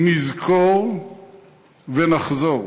נזכור ונחזור.